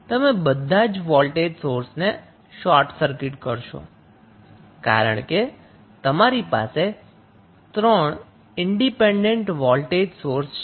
તમે બધા જ વોલ્ટેજ સોર્સને શોર્ટ સર્કિટ કરશો કારણ કે તમારી પાસે 3 ઈન્ડિપેન્ડેન્ટ વોલ્ટેજ સોર્સ છે